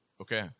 Okay